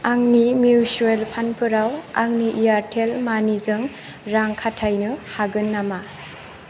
आंनि मिउचुवेल फान्डफोराव आंनि एयारटेल मानिजों रां खाथायनो हागोन नामा